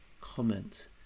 comment